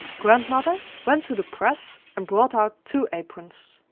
grandmother went to the press and brought out two aprons.